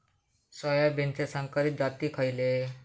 सोयाबीनचे संकरित जाती खयले?